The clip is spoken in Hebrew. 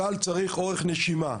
צה"ל צריך אורך נשימה,